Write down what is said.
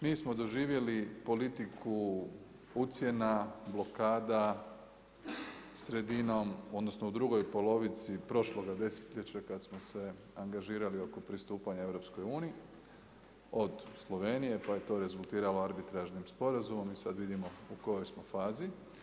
Mi smo doživjeli politiku ucjena, blokada sredinom, odnosno u drugoj polovici prošloga desetljeća kad smo se angažirali oko pristupanja EU od Slovenije, pa je to rezultiralo arbitražnim sporazumom i sad vidimo u kojoj smo fazi.